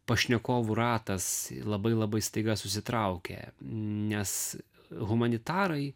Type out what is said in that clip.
pašnekovų ratas labai labai staiga susitraukia nes humanitarai